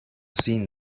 seen